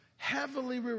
Heavily